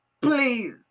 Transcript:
please